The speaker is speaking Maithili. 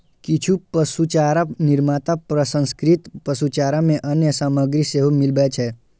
किछु पशुचारा निर्माता प्रसंस्कृत पशुचारा मे अन्य सामग्री सेहो मिलबै छै